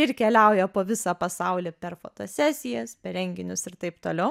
ir keliauja po visą pasaulį per fotosesijas per renginius ir taip toliau